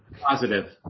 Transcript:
Positive